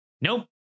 Nope